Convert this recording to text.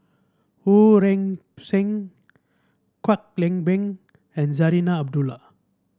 Wu Ling Seng Kwek Leng Beng and Zarinah Abdullah